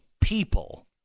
people